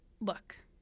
Look